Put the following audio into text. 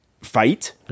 fight